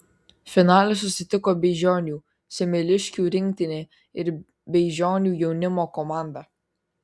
finale susitiko beižionių semeliškių rinktinė ir beižionių jaunimo komanda